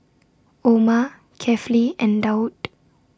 Omar Kefli and Daud